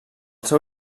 seu